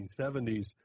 1970s